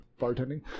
bartending